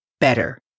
better